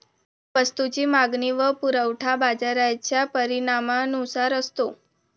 वस्तूची मागणी व पुरवठा बाजाराच्या परिणामानुसार असतो